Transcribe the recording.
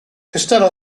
costello